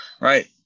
Right